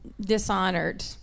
dishonored